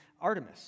Artemis